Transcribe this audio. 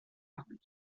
gardés